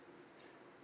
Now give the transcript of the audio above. mm mm mm yeah